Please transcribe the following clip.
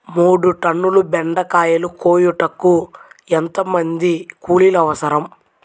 మూడు టన్నుల బెండకాయలు కోయుటకు ఎంత మంది కూలీలు అవసరం?